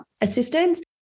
assistance